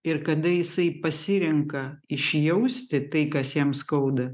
ir kada jisai pasirenka išjausti tai kas jam skauda